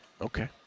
Okay